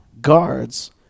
guards